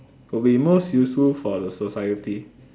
to be most useful for the society